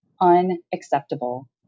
Unacceptable